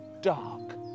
dark